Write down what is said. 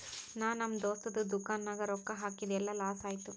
ನಾ ನಮ್ ದೋಸ್ತದು ದುಕಾನ್ ನಾಗ್ ರೊಕ್ಕಾ ಹಾಕಿದ್ ಎಲ್ಲಾ ಲಾಸ್ ಆಯ್ತು